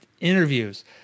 interviews